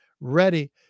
ready